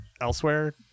elsewhere